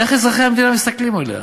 איך אזרחי המדינה מסתכלים עליה?